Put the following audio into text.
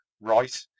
right